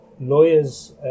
lawyers